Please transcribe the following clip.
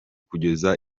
kugeza